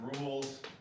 rules